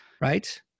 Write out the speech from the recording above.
Right